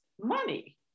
money